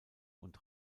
und